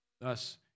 Thus